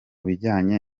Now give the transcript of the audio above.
bijyanye